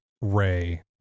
Ray